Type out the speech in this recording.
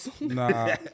Nah